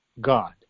God